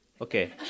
Okay